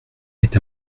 est